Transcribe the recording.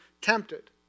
tempted